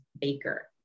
baker